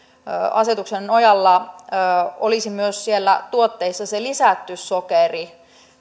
asetuksen nojalla olisi siellä ilmoittamisvelvollisuuksissa myös se tuotteeseen lisätty sokeri